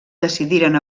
decidiren